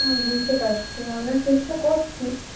হ্যাঁ বুঝতে পারছি আমরা চেষ্টা করছি